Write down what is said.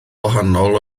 wahanol